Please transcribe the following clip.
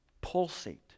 pulsate